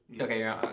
Okay